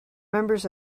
members